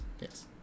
Yes